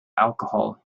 alcohol